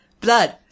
Blood